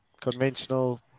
conventional